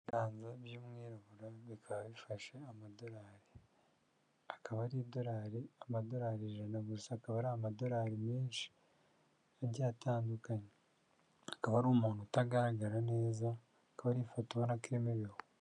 Gatanu by'umwirabura bikaba bifashe amadorari, akaba ari amadorari ijana gusa akaba ari amadorari menshi yagiye atandukanye akaba ari umuntu utagaragara neza ko yari yafotorewe ahatemewe.